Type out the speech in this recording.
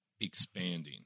expanding